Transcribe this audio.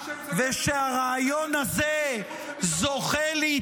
מי --- זה חוץ וביטחון.